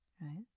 right